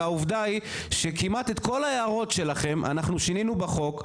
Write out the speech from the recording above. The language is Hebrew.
והעובדה היא שכמעט את כל ההערות שלכם אנחנו שינינו בחוק,